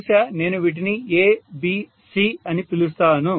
బహుశా నేను వీటిని ABC అని పిలుస్తాను